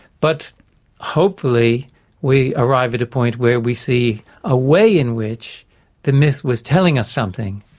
but hopefully we arrive at a point where we see a way in which the myth was telling us something,